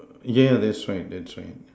yeah that's right that's right